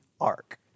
ark